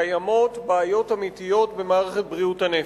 קיימות בעיות אמיתיות במערכת בריאות הנפש.